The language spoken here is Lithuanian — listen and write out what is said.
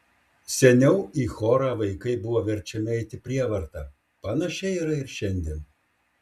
seniau į chorą vaikai buvo verčiami eiti prievarta panašiai yra ir šiandien